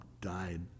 died